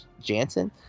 Jansen